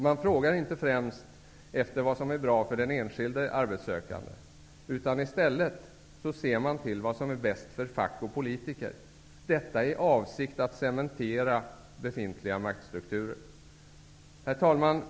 Man frågar inte främst efter vad som är bra för den enskilde arbetssökanden utan ser i stället till vad som är bäst för fack och politiker -- detta i avsikt att cementera befintliga maktstrukturer. Herr talman!